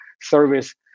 service